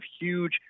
huge